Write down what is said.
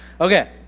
Okay